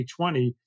2020